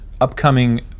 upcoming